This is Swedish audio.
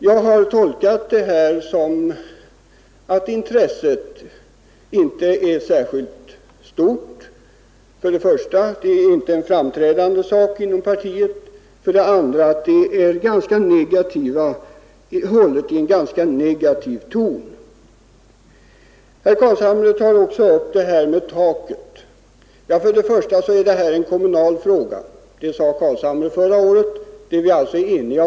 Jag har tolkat detta så att intresset inte är särskilt stort för socialpolitiken. Den intar för det första inte någon framskjuten plats inom partiet och för det andra är vad som sägs hållet i en ganska negativ ton. Herr Carlshamre tar också upp frågan om taket. Detta är en kommunal fråga. Det sade herr Carlshamre redan förra året, och därom är vi alltså eniga.